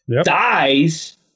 dies